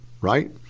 right